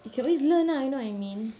you can always learn uh you know what I mean